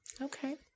Okay